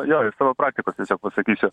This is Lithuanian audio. jo iš savo praktikos tiesiog pasakysiu